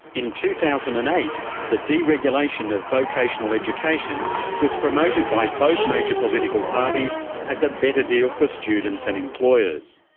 in two thousand and eight the deregulation of vocational education was promoted by both major political parties as a better deal for students and employers.